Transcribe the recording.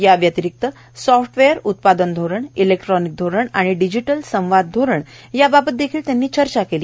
याव्यतिरिक्त सॉफ्टवेअर उत्पादन धोरण इलेक्ट्रॉनिक धोरण आणि डिजिटल संवाद धोरण याबावत देखिल त्यांनी चर्चा केली